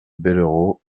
bellerots